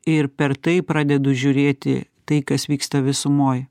ir per tai pradedu žiūrėti tai kas vyksta visumoj